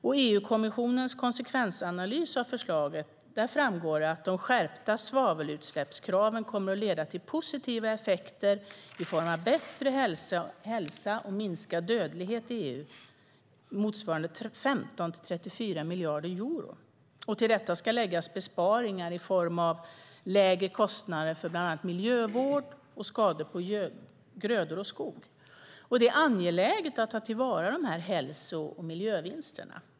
I EU-kommissionens konsekvensanalys av förslaget framgår det att de skärpta svavelutsläppskraven kommer att leda till positiva effekter i form av bättre hälsa och minskad dödlighet i EU motsvarande 15-34 miljarder euro. Till detta ska läggas besparingar i form av lägre kostnader för bland annat miljövård och skador på grödor och skog. Det är angeläget att ta till vara dessa hälso och miljövinster.